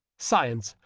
science,